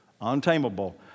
Untamable